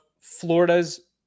Florida's